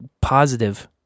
positive